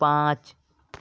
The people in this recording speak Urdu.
پانچ